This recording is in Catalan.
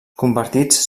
convertits